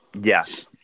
Yes